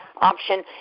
option